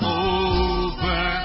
over